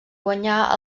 guanyar